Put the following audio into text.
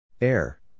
Air